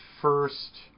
first